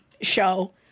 show